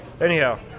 Anyhow